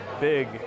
big